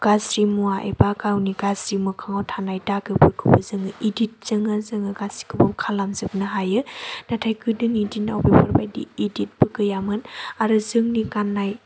गाज्रि मुवा एबा गावनि गाज्रि मोखाङाव थानाय दागोफोरखौबो जोङो एडिटजों जोङो गासिखौबो खालामजोबनो हायो नाथाय गोदोनि दिनाव बेफोरबायदि एडिट गैयामोन आरो जोंनि गाननाय